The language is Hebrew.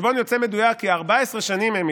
החשבון יוצא מדויק, כי 14 שנים, אמילי,